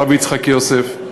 הרב יצחק יוסף,